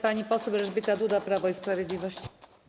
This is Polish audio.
Pani poseł Elżbieta Duda, Prawo i Sprawiedliwość.